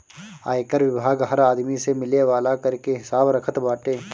आयकर विभाग हर आदमी से मिले वाला कर के हिसाब रखत बाटे